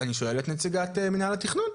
אני שואל את נציגת מינהל התכנון.